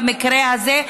במקרה הזה,